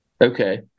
okay